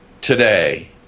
today